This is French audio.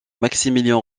maximilien